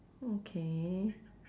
okay